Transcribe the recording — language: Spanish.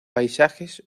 paisajes